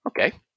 Okay